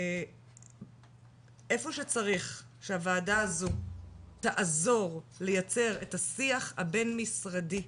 איפה שצריך שהוועדה הזו תעזור לייצר את השיח הבין משרדי,